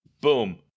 Boom